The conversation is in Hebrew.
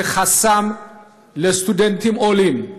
שזה חסם לסטודנטים עולים.